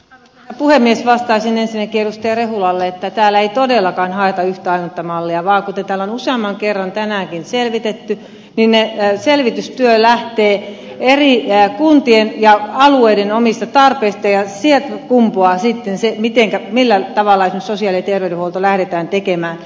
vastaisin ensinnäkin edustaja rehulalle että täällä ei todellakaan haeta yhtä ainutta mallia vaan kuten täällä on useamman kerran tänäänkin selvitetty selvitystyö lähtee eri kuntien ja alueiden omista tarpeista ja sieltä kumpuaa sitten se millä tavalla esimerkiksi sosiaali ja terveydenhuolto lähdetään tekemään